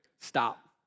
Stop